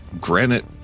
Granite